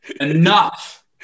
Enough